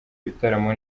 ibitaramo